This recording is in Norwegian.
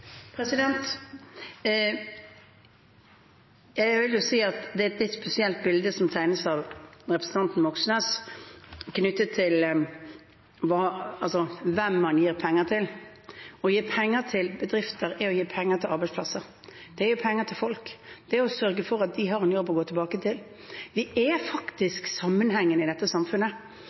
Det er et litt spesielt bilde som tegnes av representanten Moxnes knyttet til hvem man gir penger til. Å gi penger til bedrifter er å gi penger til arbeidsplasser, og det er å gi penger til folk. Det er å sørge for at de har en jobb å gå tilbake til. Ting henger faktisk sammen i dette samfunnet.